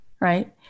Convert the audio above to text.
right